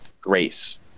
grace